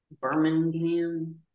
Birmingham